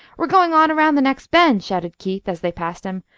we're going on, around the next bend, shouted keith, as they passed him.